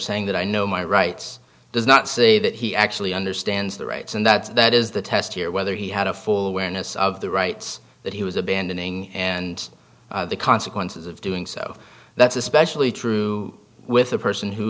saying that i know my rights does not say that he actually understands the rights and that that is the test here whether he had a full awareness of the rights that he was abandoning and the consequences of doing so that's especially true with a person who